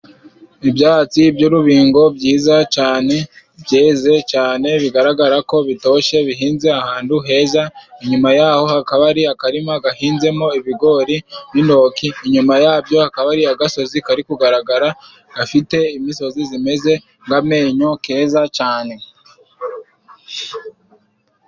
Ibyatsi by'urubingo byiza cane, byeze cane. Bigaragara ko bitoshye bihinze ahantu heza. Inyuma yaho hakaba hari akarima gahinzemo ibigori, n'intoki, inyuma yabyo hakaba hari agasozi kari kugaragara gafite imisozi zimeze ng'amenyo keza cane.